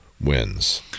wins